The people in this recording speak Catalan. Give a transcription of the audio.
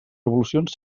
revolucions